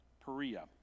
Perea